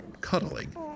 Cuddling